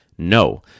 No